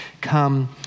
Come